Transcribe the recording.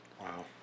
Wow